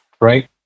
right